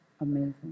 amazing